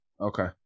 Okay